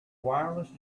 wireless